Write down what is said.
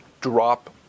drop